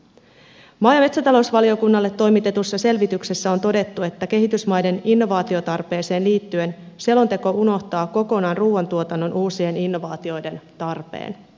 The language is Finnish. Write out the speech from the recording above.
maa ja metsätalousvaliokunnalle toimitetussa selvityksessä on todettu että kehitysmaiden innovaatiotarpeeseen liittyen selonteko unohtaa kokonaan ruuantuotannon uusien innovaatioiden tarpeen